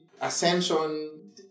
ascension